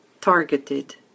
targeted